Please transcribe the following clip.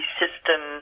system